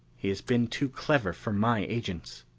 he has been too clever for my agents!